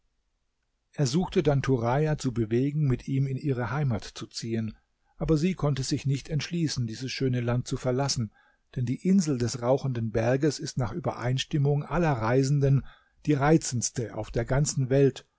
er suchte dann turaja zu bewegen mit ihm in ihre heimat zu ziehen aber sie konnte sich nicht entschließen dieses schöne land zu verlassen denn die insel des rauchenden berges ist nach übereinstimmung aller reisenden die reizendste auf der ganzen welt